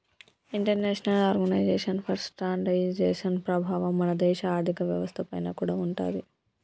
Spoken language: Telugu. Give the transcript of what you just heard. ఇంటర్నేషనల్ ఆర్గనైజేషన్ ఫర్ స్టాండర్డయిజేషన్ ప్రభావం మన దేశ ఆర్ధిక వ్యవస్థ పైన కూడా ఉంటాది